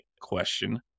question